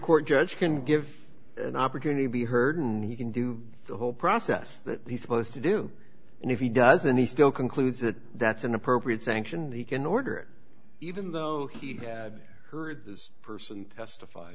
court judge can give an opportunity to be heard and he can do the whole process that he's supposed to do and if he doesn't he still concludes that that's an appropriate sanction he can order it even though he had heard this person testify